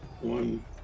One